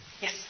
Yes